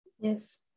Yes